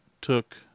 took